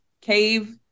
cave